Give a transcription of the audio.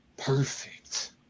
Perfect